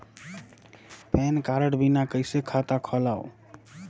Pan card बिना कइसे खाता खोलव?